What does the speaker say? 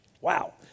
Wow